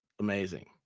Amazing